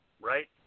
Right